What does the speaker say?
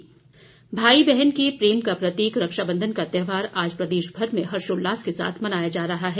रक्षाबंधन भाई बहन के प्रेम का प्रतीक रक्षा बंधन का त्यौहार आज प्रदेश भर में हर्षोल्लास के साथ मनाया जा रहा है